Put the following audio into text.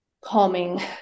calming